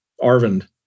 Arvind